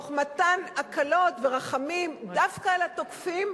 תוך מתן הקלות ורחמים דווקא לתוקפים,